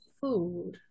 food